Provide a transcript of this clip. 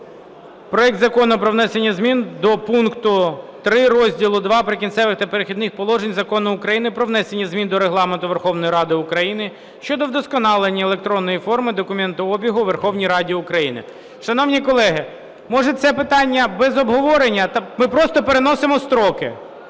проект Закону про внесення зміни до пункту 3 розділу II "Прикінцеві та перехідні положення" Закону України "Про внесення змін до Регламенту Верховної Ради України щодо вдосконалення електронної форми документообігу у Верховній Раді України". Шановні колеги, може, це питання без обговорення? Ми просто переносимо строки.